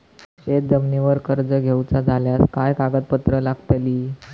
शेत जमिनीवर कर्ज घेऊचा झाल्यास काय कागदपत्र लागतली?